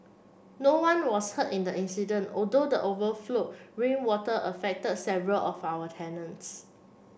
no one was hurt in the incident although the overflowed rainwater affected several of our tenants